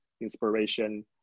inspiration